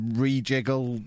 rejiggle